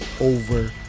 over